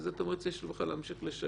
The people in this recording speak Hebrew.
איזה תמריץ יש לו בכלל להמשיך לשלם?